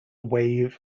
wave